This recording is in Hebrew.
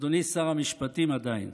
אדוני שר המשפטים עדיין,